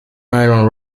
island